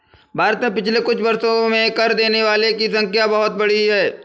भारत में पिछले कुछ वर्षों में कर देने वालों की संख्या बहुत बढ़ी है